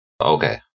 Okay